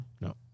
no